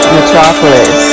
Metropolis